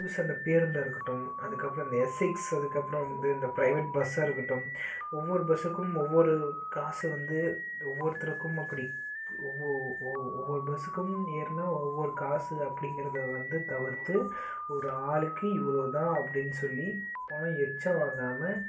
புதுசாக இந்த பேருந்தா இருக்கட்டும் அதுக்கு அப்புறம் இந்த எஸ் சிக்ஸ் அதுக்கு அப்புறம் வந்து இந்த பிரைவேட் பஸ்ஸாக இருக்கட்டும் ஒவ்வொரு பஸ்ஸுக்கும் ஒவ்வொரு காசு வந்து ஒவ்வொருத்தருக்கும் அப்படி ஒவ்வொ ஒவ்வொரு பஸ்ஸுக்கும் ஏறினா ஒவ்வொரு காசு அப்படிங்கிறத வந்து தவிர்த்து ஒரு ஆளுக்கு இவ்வளோ தான் அப்படினு சொல்லி பணம் எச்சா வாங்காமல்